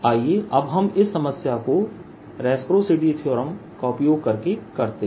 आइए अब हम इस समस्या को रेसप्रासिटी थीअरम का उपयोग करके करते हैं